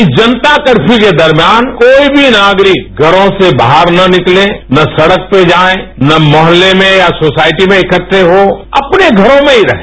इस जनता कर्फ्यू के दरभियान कोई भी नागरिक घरों से बाहर न निकले न सड़क पर जाएं ना मोहल्ले में ना सोसायटी में इकर्ठे हों अपने घरों में ही रहें